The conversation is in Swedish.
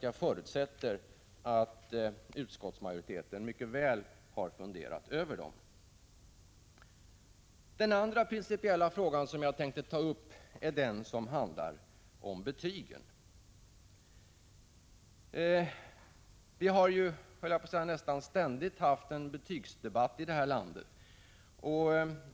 Jag förutsätter att utskottsmajoriteten har funderat över dem mycket väl. Den andra principiella fråga som jag tänker ta upp handlar om betygen. Vi har ju nästan ständigt haft en betygsdebatt i det här landet.